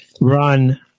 run